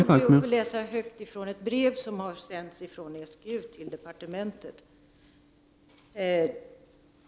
Herr talman! Låt mig läsa högt ur ett brev som har avsänts av SGU till departementet.